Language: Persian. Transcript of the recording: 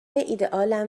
ایدهآلم